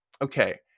Okay